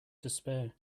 despair